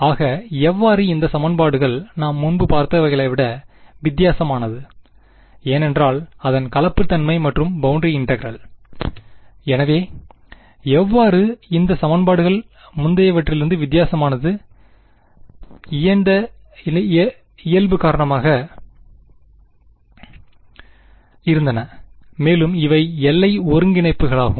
ஆக எவ்வாறு இந்த சமன்பாடுகள் நாம் முன்பு பார்த்த அவைகளை விட வித்தியாசமானது ஏனென்றால் அதன் கலப்புத் தன்மை மற்றும் பவுண்டரி இன்டெகிறல் எனவே எவ்வாறு இந்த சமன்பாடுகள் முந்தையவற்றிலிருந்து வித்தியாசமானது இணைந்த இயல்பு காரணமாக இருந்தன மேலும் இவை எல்லை ஒருங்கிணைப்புகளாகும்